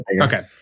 Okay